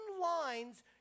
lines